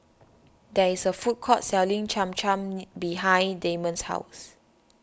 there is a food court selling Cham Cham behind Damon's house